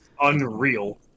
unreal